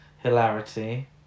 hilarity